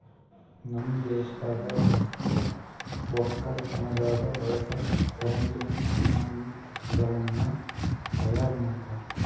ನಮ್ ದೇಶದಾಗ್ ವಕ್ಕಲತನದಾಗ್ ಬಳಸ ಕರೆಂಟಿನ ಸಾಮಾನ್ ಗಳನ್ನ್ ತೈಯಾರ್ ಮಾಡೋರ್